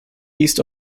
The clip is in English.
east